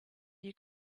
you